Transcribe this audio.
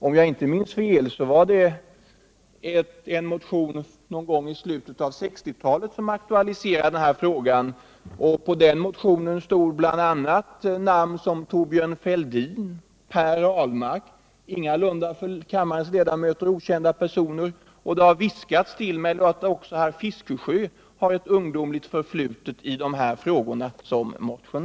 Om jag inte minns fel aktualiserades den i en motion någon gång i slutet på 1960-talet, och på den motionen stod då namn som Thorbjörn Fälldin och Per Ahlmark — alltså ingalunda några för kammarens ledamöter okända personer. Och det har viskats till mig att också herr Fiskesjö har ett ungdomligt förflutet i frågan.